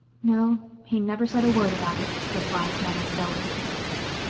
no, he never said a word about it, replied janet dully.